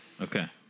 Okay